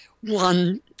one